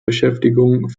beschäftigung